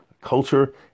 culture